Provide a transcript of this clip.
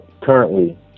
currently